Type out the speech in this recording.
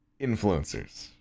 Influencers